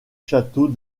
château